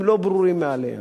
הם לא ברורים מאליהם.